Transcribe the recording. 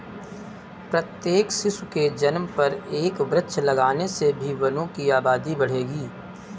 प्रत्येक शिशु के जन्म पर एक वृक्ष लगाने से भी वनों की आबादी बढ़ेगी